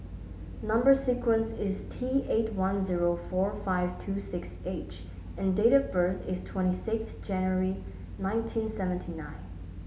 number sequence is T eight one zero four five two six H and date of birth is twenty six January nineteen seventy nine